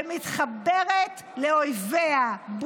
ומתחברת לאויביה.